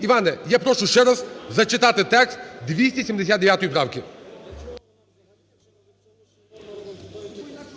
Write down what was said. Іване, я прошу ще раз зачитати текст 279 правки.